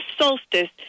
solstice